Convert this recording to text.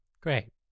Great